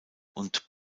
und